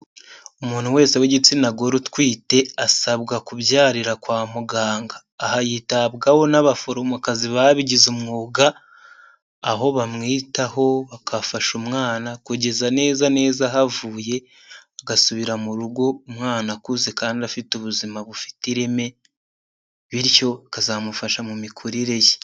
Umuntu wese w'igitsina gore utwite asabwa kubyarira kwa muganga, aha yitabwaho n'abaforomokazi babigize umwuga aho bamwitaho bakafasha umwana kugeza neza neza havuye agasubira mu rugo umwana akuze kandi afite ubuzima bufite ireme, bityo bikazamufasha mu mikurire ye.